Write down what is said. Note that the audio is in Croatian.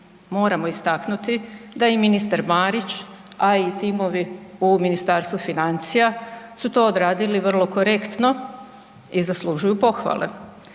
moramo istaknuti da i ministar Marić, a i timovi u Ministarstvu financija su to odredili vrlo korektno i zaslužuju pohvale.